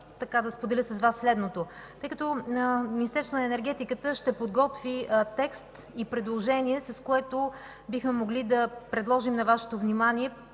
да споделя с Вас следното. Тъй като Министерството на енергетиката ще подготви текст и предложение, с което бихме могли да предложим на Вашето внимание